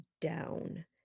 down